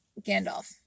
Gandalf